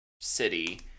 city